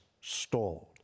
stalled